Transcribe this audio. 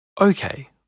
Okay